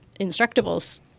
Instructables